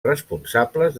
responsables